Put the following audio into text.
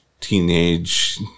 teenage